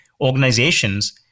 organizations